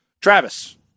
Travis